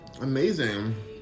Amazing